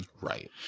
Right